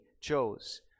chose